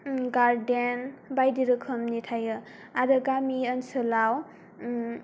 garden बायदि रोखोमनि थायो आरो गामि ओनसोलाव